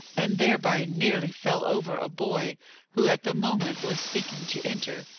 and thereby nearly fell over a boy who at the moment was seeking to enter,